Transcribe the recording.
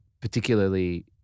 particularly